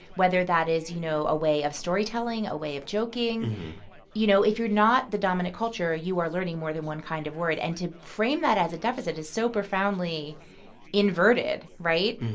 whether that is, you know, a way of storytelling, a way of joking you know, if you're not the dominant culture, you are learning more than one kind of word. and to frame that as a deficit is so profoundly inverted, right?